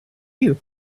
you